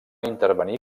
intervenir